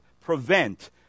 prevent